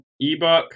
ebook